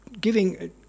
giving